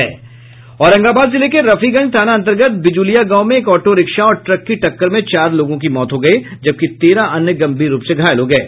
औरंगाबाद जिले के रफीगंज थाना अंतर्गत बिज़ुलिया गांव में एक ऑटो रिक्शा और ट्रक की टक्कर में चार लोगों की मौत हो गयी जबकि तेरह अन्य गंभीर रूप से घायल हो गये